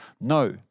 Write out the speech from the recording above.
No